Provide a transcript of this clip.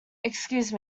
excuse